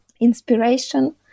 inspiration